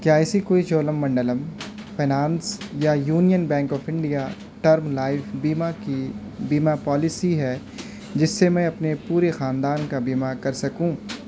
کیا ایسی کوئی چولا منڈلم فنانس یا union bank of India term life بیمہ کی بیمہ پالیسی ہے جس سے میں اپنے پورے خاندان کا بیمہ کر سکوں